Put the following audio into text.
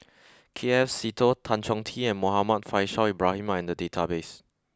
K F Seetoh Tan Chong Tee and Muhammad Faishal Ibrahim are in the database